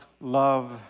love